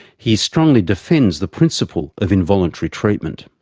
he strongly defends the principle of involuntary treatment.